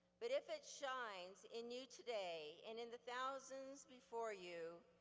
but if it shines in you today and in the thousands before you,